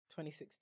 2016